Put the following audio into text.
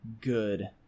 good